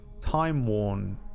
time-worn